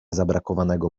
zabrakowanego